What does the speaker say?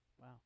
Wow